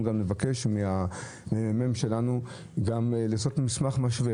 אנחנו גם נבקש מן הממ"מ לכתוב מסמך משווה,